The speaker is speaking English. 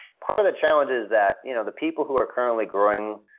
part of the challenge is that you know the people who are currently growing,